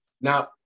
Now